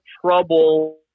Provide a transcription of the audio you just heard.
trouble